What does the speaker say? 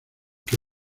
que